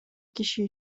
киши